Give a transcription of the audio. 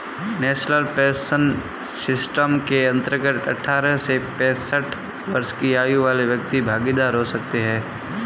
national pension system के अंतर्गत अठारह से पैंसठ वर्ष की आयु वाले व्यक्ति भागीदार हो सकते हैं